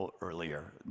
earlier